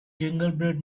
gingerbread